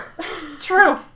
True